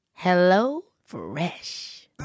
HelloFresh